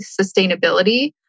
sustainability